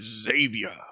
Xavier